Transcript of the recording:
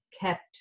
kept